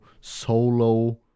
solo